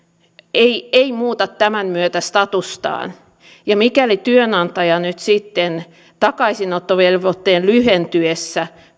eivät muuta tämän myötä statustaan mikäli työnantaja nyt sitten takaisinottovelvoitteen lyhentyessä